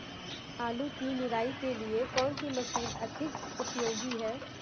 आलू की निराई के लिए कौन सी मशीन अधिक उपयोगी है?